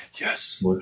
Yes